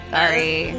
Sorry